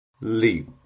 leap